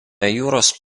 jūros